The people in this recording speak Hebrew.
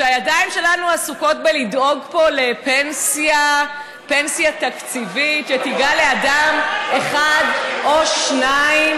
שהידיים שלנו עסוקות בלדאוג פה לפנסיה תקציבית שתיגע לאדם אחד או שניים?